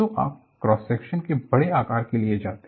तो आप cross section के बड़े आकार के लिए जाते हैं